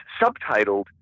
subtitled